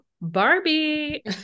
Barbie